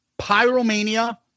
Pyromania